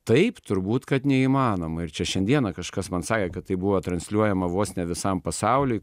taip turbūt kad neįmanoma ir čia šiandieną kažkas man sakė kad tai buvo transliuojama vos ne visam pasauliui